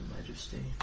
majesty